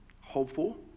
hopeful